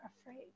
afraid